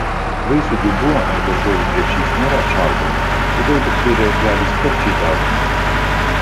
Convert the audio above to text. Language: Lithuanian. vaisių dubuo ar daržovių krepšys nėra atšaldomi todėl bakterijos gali sparčiai daugintis